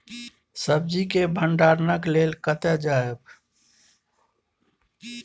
सब्जी के भंडारणक लेल कतय जायब?